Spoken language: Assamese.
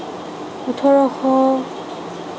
ওঠৰশ